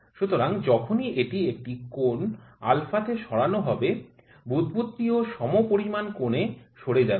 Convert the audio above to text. সুতরাং যখনই এটি একটি α কোণে সরানো হবে বুদ্বুদ টি ও সমপরিমাণ কোণে সরে যাবে